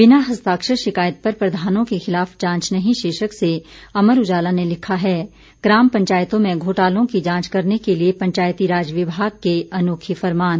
बिना हस्ताक्षर शिकायत पर प्रधानों के खिलाफ जांच नहीं शीर्षक से अमर उजाला ने लिखा है ग्राम पंचायतों में घोटालों की जांच करने के लिये पंचायती राज विभाग के अनोखे फरमान